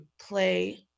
play